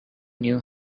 new